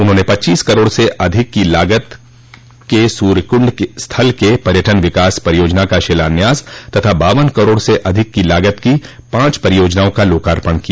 उन्होंने पच्चीस करोड़ र्स अधिक की लागत के सूर्यकृण्ड स्थल के पर्यटन विकास परियोजना का शिलान्यास तथा बावन करोड़ से अधिक की लागत की पाँच परियोजनाओं का लोकार्पण किया